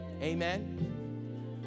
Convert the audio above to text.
Amen